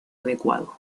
adecuado